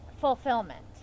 fulfillment